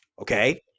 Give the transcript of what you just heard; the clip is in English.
Okay